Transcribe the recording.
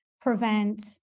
prevent